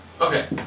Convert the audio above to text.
Okay